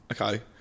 Okay